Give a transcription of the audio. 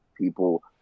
people